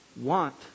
want